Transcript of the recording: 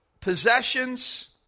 possessions